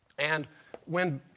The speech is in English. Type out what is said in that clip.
and when